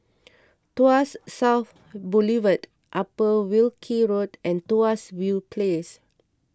Tuas South Boulevard Upper Wilkie Road and Tuas View Place